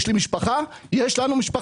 יש לי משפחה, יש לנו משפחות.